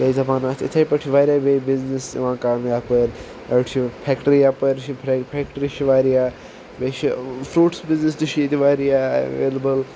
کیاہ چھِ دپان اتھ اِتھے پٲٹھۍ چھِ واریاہ بیٚیہِ بِزنِس یوان کرنہ یپٲرۍ أڈۍ چھِ فیٚکٹری یپٲرۍ چھِ فیٚکٹری چھِ واریاہ بیٚیہِ چھ فروٗٹ بِزنِس تہِ چھُ ییٚتہِ واریاہ ایویلیبٕل